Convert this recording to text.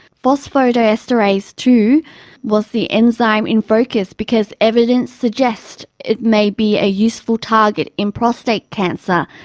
phosphodiesterase two was the enzyme in focus because evidence suggests it may be a useful target in prostate cancer.